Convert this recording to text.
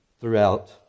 throughout